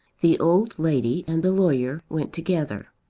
the old lady and the lawyer went together.